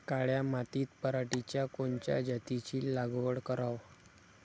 काळ्या मातीत पराटीच्या कोनच्या जातीची लागवड कराव?